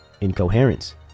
incoherence